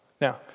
Now